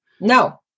No